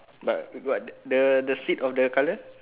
but but the the seat of the colour